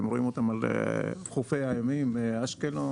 אתם רואים אותן על חופי הימים אשקלון,